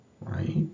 right